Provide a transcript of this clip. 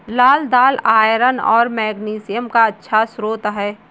लाल दालआयरन और मैग्नीशियम का अच्छा स्रोत है